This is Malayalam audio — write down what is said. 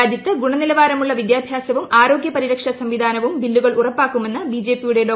രാജ്യത്ത് ഗുണനിലവാരമുള്ള വിദ്യാഭ്യാസവും ആരോഗൃ പരിരക്ഷാ സംവിധാനവും ബില്ലുകൾ ഉറപ്പാക്കുമെസ്സ് ബിജെപിയുടെ ഡോ